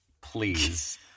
please